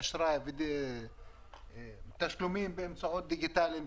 לאשראי ולתשלומים באמצעים דיגיטליים.